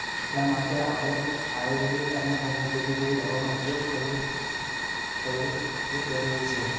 એટલા માટે આપણે આયુર્વેદિક અને હોમિયોપેથી જેવી દવાનો ઉપયોગ કરવો કરવો જરૂરી છે